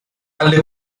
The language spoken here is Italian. alle